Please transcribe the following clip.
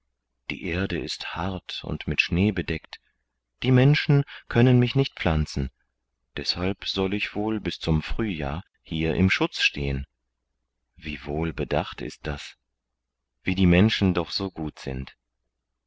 die erde ist hart und mit schnee bedeckt die menschen können mich nicht pflanzen deshalb soll ich wohl bis zum frühjahr hier im schutz stehen wie wohl bedacht ist das wie die menschen doch so gut sind